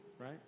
right